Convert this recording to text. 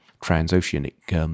transoceanic